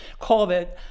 COVID